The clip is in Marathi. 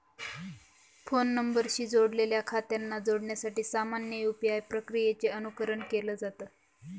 फोन नंबरशी जोडलेल्या खात्यांना जोडण्यासाठी सामान्य यू.पी.आय प्रक्रियेचे अनुकरण केलं जात